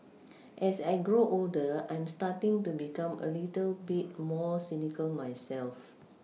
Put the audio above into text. as I grow older I'm starting to become a little bit more cynical myself